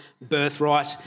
birthright